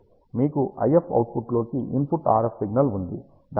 మీకు IF అవుట్పుట్లోకి input RF signal ఉంది